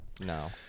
No